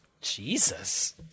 Jesus